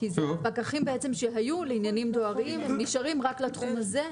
פקחים שהיו לעניינים דואריים והם נשארים רק לתחום הזה.